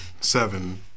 Seven